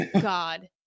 God